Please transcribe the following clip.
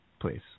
Please